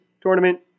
tournament